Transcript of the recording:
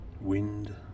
Wind